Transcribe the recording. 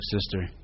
sister